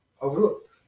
overlooked